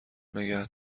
نگه